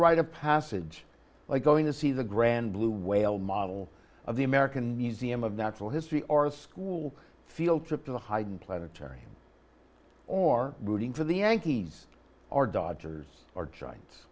rite of passage like going to see the grand blue whale model of the american museum of natural history or a school field trip to the haydn planetarium or rooting for the yankees or dodgers or giant